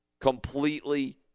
completely